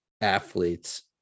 athletes